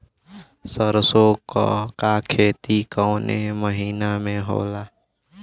सरसों का खेती कवने महीना में होला?